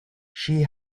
she